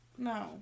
No